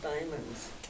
diamonds